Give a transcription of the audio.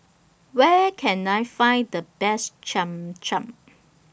Where Can I Find The Best Cham Cham